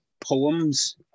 poems